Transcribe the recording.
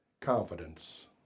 confidence